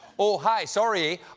oh, hi, sore-y,